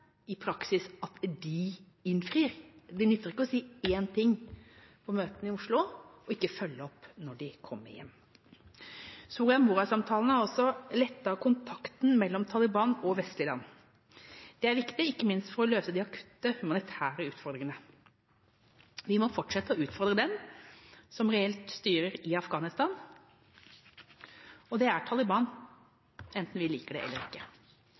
i praksis at de innfrir. Det nytter ikke å si én ting på møtene i Oslo og ikke følge opp når de kommer hjem. Soria Moria-samtalene har også lettet kontakten mellom Taliban og vestlige land. Det er viktig ikke minst for å løse de akutte humanitære utfordringene. Vi må fortsette å utfordre dem som reelt styrer i Afghanistan, og det er Taliban enten vi liker det eller ikke.